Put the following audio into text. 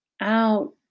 Out